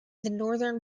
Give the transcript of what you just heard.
northern